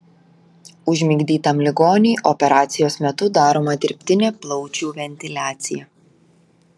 užmigdytam ligoniui operacijos metu daroma dirbtinė plaučių ventiliacija